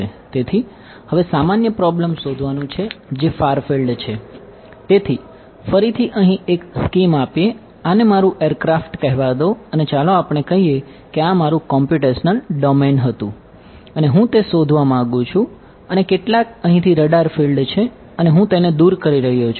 તેથી હવે સામાન્ય પ્રોબ્લેમ છે અને હું તેને દૂર કરી રહ્યો છું